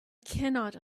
cannot